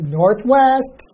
northwest